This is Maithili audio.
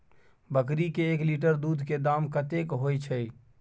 बकरी के एक लीटर दूध के दाम कतेक होय छै?